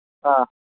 ꯑꯥ